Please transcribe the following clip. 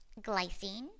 glycine